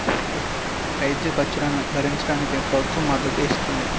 వైద్య ఖర్చులను భరించడానికి ప్రభుత్వం మద్దతును ఇస్తుంది